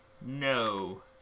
no